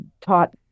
taught